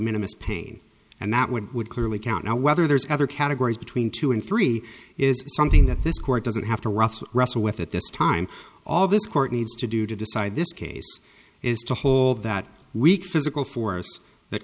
minimis pain and that would would clearly count now whether there's other categories between two and three is something that this court doesn't have to rush to wrestle with at this time all this court needs to do to decide this case is to hold that weak physical force that